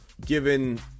given